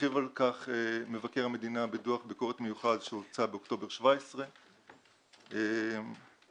הרחיב על כך מבקר המדינה בדוח ביקורת מיוחד שהוצא באוקטובר 2017. שם,